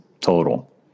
total